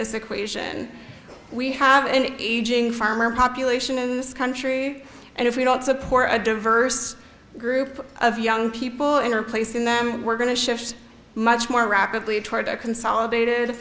equation we have an aging farmer population in this country and if we don't support a diverse group of young people in our place in them we're going to shift much more rapidly toward a consolidated